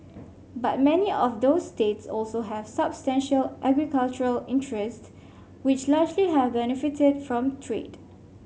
but many of those states also have substantial agricultural interest which largely have benefited from trade